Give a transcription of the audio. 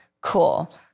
Cool